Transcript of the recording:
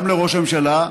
גם לראש הממשלה,